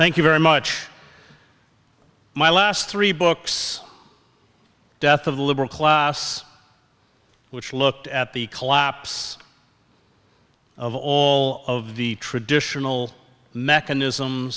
thank you very much my last three books death of the liberal class which looked at the collapse of all of the traditional mechanism